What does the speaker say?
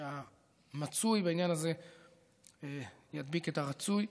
שהמצוי בעניין הזה ידביק את הרצוי.